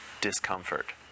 discomfort